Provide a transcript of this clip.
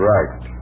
Right